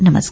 नमस्कार